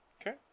Okay